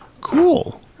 Cool